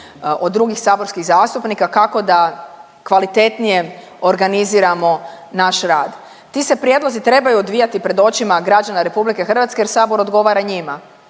od drugih saborskih zastupnika kako da kvalitetnije organiziramo naš rad. Ti se prijedlozi trebaju odvijati pred očima građana RH jer Sabor odgovara njima